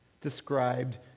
described